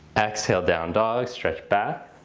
exhale down dog, stretch back.